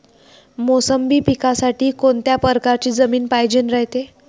मोसंबी पिकासाठी कोनत्या परकारची जमीन पायजेन रायते?